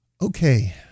Okay